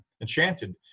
Enchanted